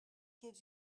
gives